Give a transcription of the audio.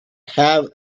have